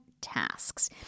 tasks